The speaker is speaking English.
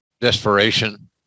desperation